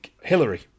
Hillary